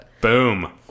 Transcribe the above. boom